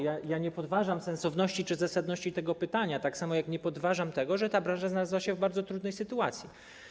Ja nie podważam sensowności czy zasadności tego pytania, tak samo jak nie podważam tego, że ta branża znalazła się w bardzo trudnej sytuacji.